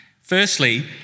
Firstly